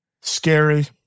Scary